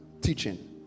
teaching